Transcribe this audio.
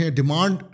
demand